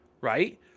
right